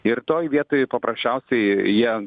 ir toj vietoj paprasčiausiai jie